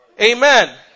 Amen